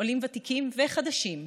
עולים ותיקים וחדשים,